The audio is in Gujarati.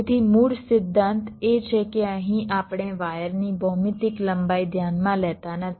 તેથી મૂળ સિદ્ધાંત એ છે કે અહીં આપણે વાયરની ભૌમિતિક લંબાઈ ધ્યાનમાં લેતા નથી